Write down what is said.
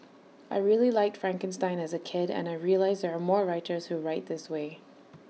I really liked Frankenstein as A kid and I realised there are more writers who write this way